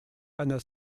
einer